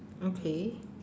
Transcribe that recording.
okay